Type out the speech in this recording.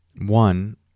One